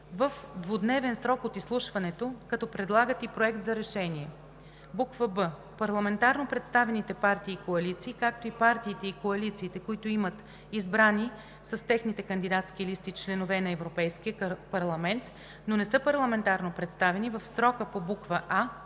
в двудневен срок от изслушването, като предлагат и проект за решение; б) парламентарно представените партии и коалиции, както и партиите и коалициите, които имат избрани с техните кандидатски листи членове на Европейския парламент, но не са парламентарно представени, в срока по буква